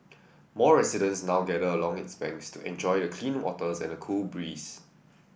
more residents now gather along its banks to enjoy the clean waters and the cool breeze